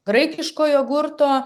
graikiško jogurto